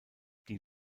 die